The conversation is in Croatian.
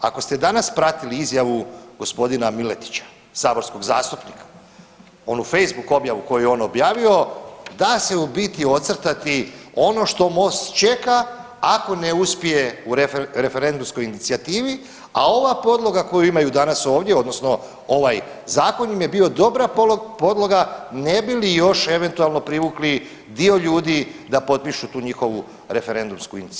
Ako ste danas pratili izjavu g. Miletića, saborskog zastupnika, onu Facebook objavu koju je on objavio, da se u biti ocrtati ono što Most čeka ako ne uspije u referendumskoj inicijativi, a ova podloga koju imaju danas ovdje, odnosno ovaj Zakon im je bio dobra podloga ne bi li još eventualno privukli dio ljudi da potpišu tu njihovu referendumsku inicijativu.